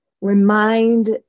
remind